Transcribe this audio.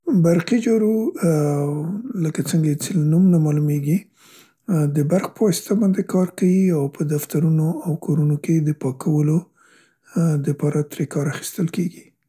برقي جارو ا، ا، لکه څنګه یې څې له نوم نه معلومیګي د برق په واسطه باندې کار کیي او په دفترونو او کورنو کې د پاکولو دپاره ترې کار اخیستل کیګي.